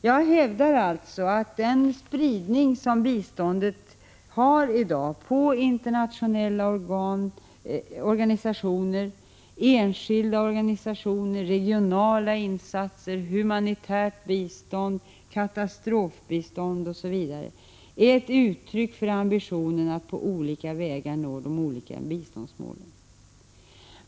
Jag hävdar alltså att den spridning som svenskt bistånd har i dag på internationella organisationer, enskilda organisationer, regionala insatser, humanitärt bistånd, katastrofbistånd osv. är ett uttryck för ambitionen att på olika sätt upprätthålla de olika biståndsmålen.